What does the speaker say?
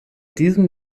diesem